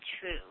true